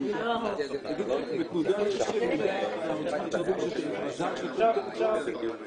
--- היה ניסוי מקומי באזור של פארק והציפורים סביב הפארק,